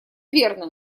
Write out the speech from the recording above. верно